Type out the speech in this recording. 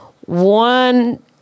one